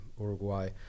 Uruguay